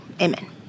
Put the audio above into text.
Amen